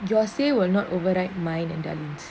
your sale will not overwrite mine